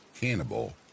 Cannibal